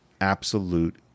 absolute